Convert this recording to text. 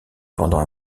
pendant